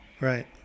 Right